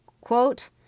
quote